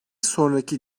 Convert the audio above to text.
sonraki